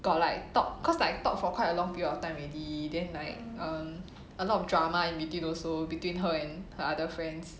got like talk cause like talk for quite a long period of time already then like um a lot of drama and in between also between her and her other friends